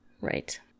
right